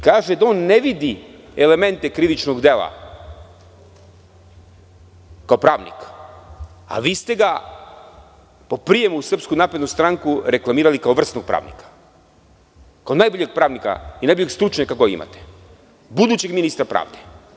Kaže da on ne vidi elemente krivičnog dela kao pravnik, a vi ste ga po prijemu u SNS reklamirali kao vrsnog i najboljeg pravnika, najboljeg stručnjaka koga imate, budućeg ministra pravde.